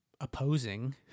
opposing